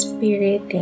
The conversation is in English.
Spirit